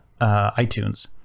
iTunes